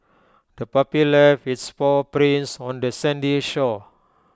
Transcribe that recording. the puppy left its paw prints on the sandy shore